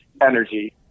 energy